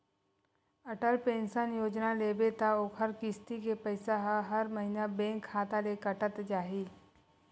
Atal pension Yojana लेबे त ओखर किस्ती के पइसा ह हर महिना बेंक खाता ले कटत जाही